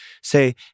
say